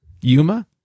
Yuma